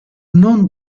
non